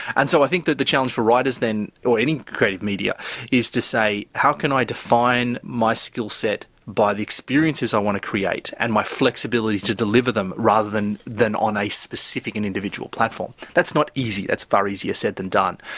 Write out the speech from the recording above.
and so i think that the challenge for writers then or any creative media is to say how can i define my skill set by the experiences i want to create and my flexibility to deliver them rather than than on a specific and individual platform. that's not easy, that's far easier said than done.